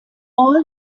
all